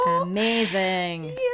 Amazing